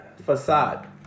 facade